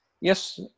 Yes